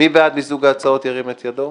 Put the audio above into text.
מי בעד מיזוג ההצעות ירים את ידו.